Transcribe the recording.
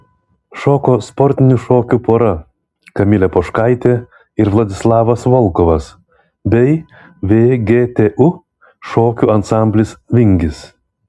šoko sportinių šokių pora kamilė poškaitė ir vladislavas volkovas bei vgtu šokių ansamblis vingis